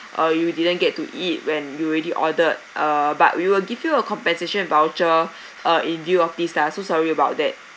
uh you didn't get to eat when you already ordered uh but we will give you a compensation voucher uh in view of this lah so sorry about that